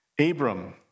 Abram